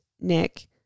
Nick